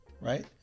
Right